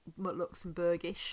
Luxembourgish